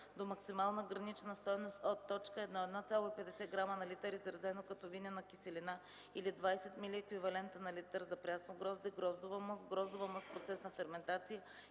до максимална гранична стойност от: 1. 1,50 грама на литър, изразено като винена киселина, или 20 милиеквивалента на литър за прясно грозде, гроздова мъст, гроздова мъст в процес на ферментация